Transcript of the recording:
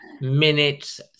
minutes